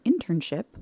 internship